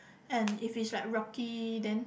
and if it's right rocky then